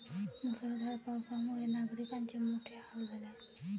मुसळधार पावसामुळे नागरिकांचे मोठे हाल झाले